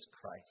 Christ